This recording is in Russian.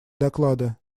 доклада